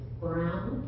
brown